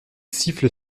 siffle